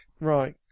Right